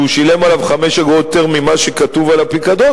שהוא שילם עליו חמש אגורות יותר ממה שכתוב על הפיקדון,